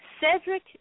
Cedric